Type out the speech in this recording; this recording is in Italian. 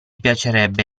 piacerebbe